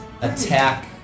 attack